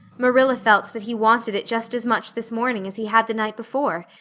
marilla felt that he wanted it just as much this morning as he had the night before,